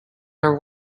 are